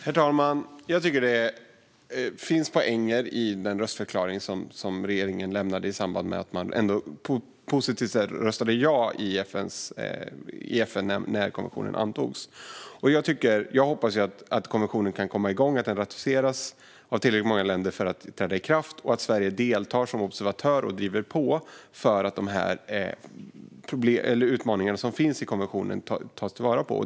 Herr talman! Det finns poänger i den röstförklaring som regeringen lämnade i samband med att man röstade ja i FN när konventionen antogs. Jag hoppas att konventionen kan komma igång genom att ratificeras av tillräckligt många länder för att träda i kraft och att Sverige deltar som observatör och driver på för att de utmaningar som finns i konventionen antas.